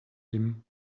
him